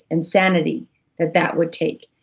and sanity that that would take,